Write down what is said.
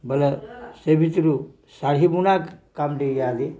ବୋଇଲେ ସେ ଭିତରୁ ଶାଢ଼ୀ ବୁଣା କାମଟି ଇହାଦେ